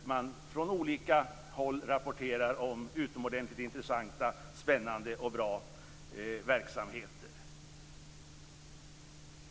Från olika håll rapporteras om utomordentligt intressanta, spännande och bra verksamheter.